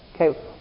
Okay